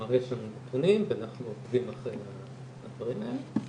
כלומר יש לנו נתונים ואנחנו עוקבים אחרי הדברים האלה.